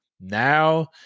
Now